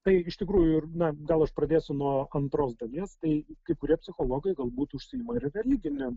tai iš tikrųjų na gal aš pradėsiu nuo antros dalies tai kai kurie psichologai galbūt užsiima ir religine